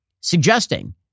suggesting